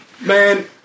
Man